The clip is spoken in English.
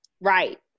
Right